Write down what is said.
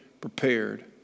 prepared